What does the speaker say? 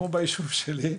כמו בישוב שלי,